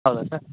ಹೌದಾ ಸರ್